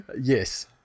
Yes